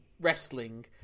wrestling